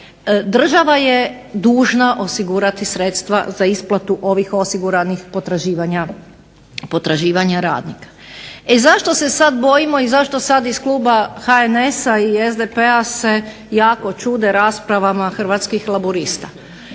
Država je dužna osigurati sredstva za isplatu ovih osiguranih potraživanja radnika. I zašto se sad bojimo i zašto sad iz kluba HNS-a i SDP-a se jako čude raspravama Hrvatskih laburista.